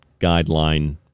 guideline